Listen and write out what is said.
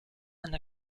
and